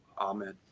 Amen